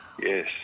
yes